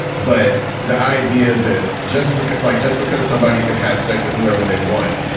but the idea that just like just because somebody could have sex with whoever they want,